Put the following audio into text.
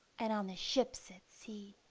and on the ships at sea.